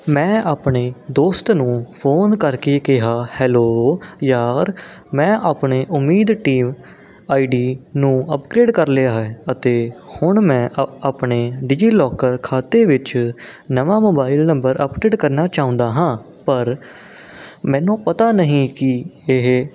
ਮੈਂ ਆਪਣੇ ਦੋਸਤ ਨੂੰ ਫ਼ੋਨ ਕਰਕੇ ਕਿਹਾ ਹੈਲੋ ਯਾਰ ਮੈਂ ਆਪਣੇ ਉਮੀਦ ਟੀਮ ਆਈਡੀ ਨੂੰ ਅਪਡੇਟ ਕਰ ਲਿਆ ਹੈ ਅਤੇ ਹੁਣ ਮੈਂ ਆਪਣੇ ਡਿਜੀਲੋਕਰ ਖਾਤੇ ਵਿੱਚ ਨਵਾਂ ਮੋਬਾਈਲ ਨੰਬਰ ਅਪਡੇਟ ਕਰਨਾ ਚਾਹੁੰਦਾ ਹਾਂ ਪਰ ਮੈਨੂੰ ਪਤਾ ਨਹੀਂ ਕਿ ਇਹ